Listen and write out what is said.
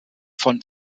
von